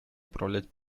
управлять